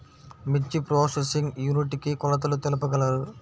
మిర్చి processing unit కి కొలతలు తెలుపగలరు?